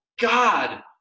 God